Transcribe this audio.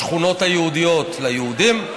השכונות היהודיות, ליהודים,